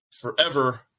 forever